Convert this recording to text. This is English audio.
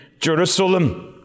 Jerusalem